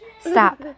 Stop